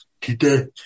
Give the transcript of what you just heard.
Today